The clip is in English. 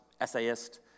essayist